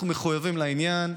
אנחנו מחויבים לעניין,